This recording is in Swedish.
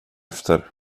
efter